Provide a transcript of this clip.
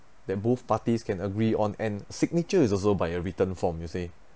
that both parties can agree on and signature is also by a written form you see